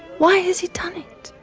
why has he done it?